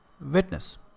Witness